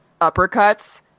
uppercuts